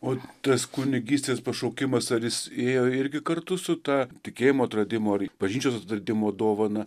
o tas kunigystės pašaukimas ar jis ėjo irgi kartu su ta tikėjimo atradimo ar bažnyčios atradimo dovana